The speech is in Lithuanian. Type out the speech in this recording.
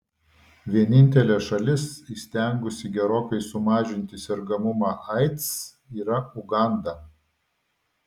vienintelė šalis įstengusi gerokai sumažinti sergamumą aids yra uganda